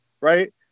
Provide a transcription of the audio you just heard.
right